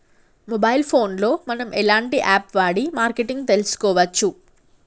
Mobile phone లో మనం ఎలాంటి యాప్ వాడి మార్కెటింగ్ తెలుసుకోవచ్చు?